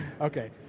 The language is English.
Okay